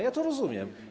Ja to rozumiem.